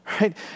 right